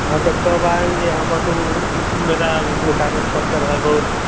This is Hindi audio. हाँ तो कब आयेंगे हम तो मेरा उसमें कागज पत्तर है बहुत